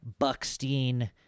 Buckstein